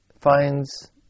finds